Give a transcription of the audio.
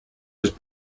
has